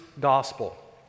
Gospel